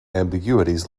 ambiguities